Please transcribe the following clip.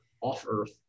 off-earth